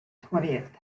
twentieth